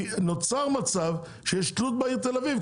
נוצר מצב שיש תלות בעיר תל אביב.